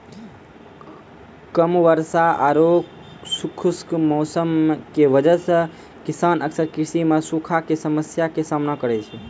कम वर्षा आरो खुश्क मौसम के वजह स किसान अक्सर कृषि मॅ सूखा के समस्या के सामना करै छै